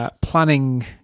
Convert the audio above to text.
planning